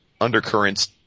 undercurrents